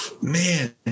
Man